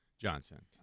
Johnson